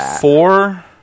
four